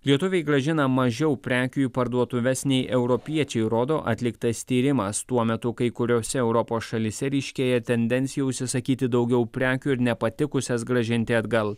lietuviai grąžina mažiau prekių į parduotuves nei europiečiai rodo atliktas tyrimas tuo metu kai kuriose europos šalyse ryškėja tendencija užsisakyti daugiau prekių ir nepatikusias grąžinti atgal